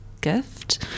gift